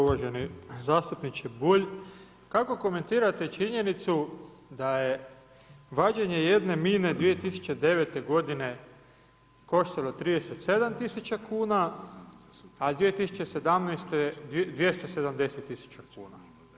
Uvaženi zastupniče Bulj, kako komentirate činjenicu da je vađenje jedne mine 2009. godine koštalo 37 tisuća kuna, a 2017. 270 tisuća kuna?